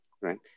right